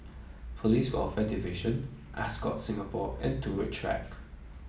Police Welfare Division Ascott Singapore and Turut Track